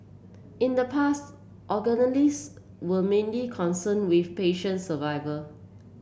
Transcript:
in the past were mainly concern with patient survivor